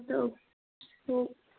तऽ तऽ